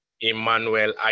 Emmanuel